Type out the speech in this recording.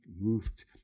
moved